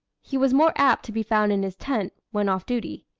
he was more apt to be found in his tent, when off duty,